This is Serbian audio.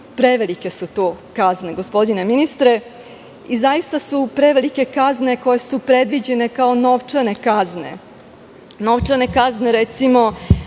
Prevelike su to kazne, gospodine ministre. Zaista su prevelike kazne koje su predviđene kao novčane kazne. Novčane kazne za